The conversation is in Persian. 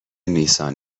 نیسان